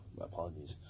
apologies